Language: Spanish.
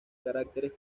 caracteres